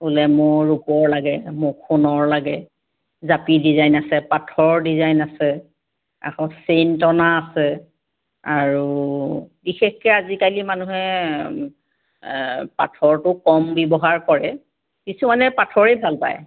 বোলে মোৰ ৰূপৰ লাগে মোক সোণৰ লাগে জাপি ডিজাইন আছে পাথৰ ডিজাইন আছে আকৌ চেইন টনা আছে আৰু বিশেষকে আজিকালি মানুহে পাথৰটো কম ব্যৱহাৰ কৰে কিছুমানে পাথৰেই ভাল পায়